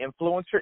influencer